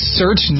search